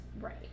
right